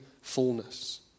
fullness